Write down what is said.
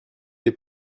des